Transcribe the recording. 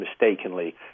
mistakenly